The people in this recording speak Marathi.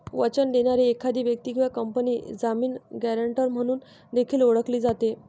वचन देणारी एखादी व्यक्ती किंवा कंपनी जामीन, गॅरेंटर म्हणून देखील ओळखली जाते